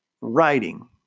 writing